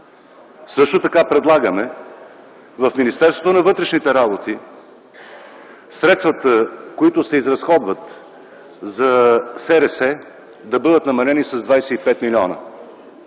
милиона. Предлагаме в Министерството на вътрешните работи средствата, които се изразходват за срс-та, да бъдат намалени с 25 милиона.